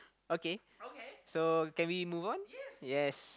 okay so can we move on yes